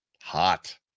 hot